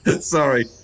sorry